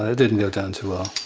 ah didn't go down too ah